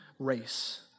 race